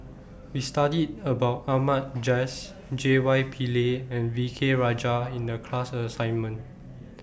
We studied about Ahmad Jais J Y Pillay and V K Rajah in The class assignment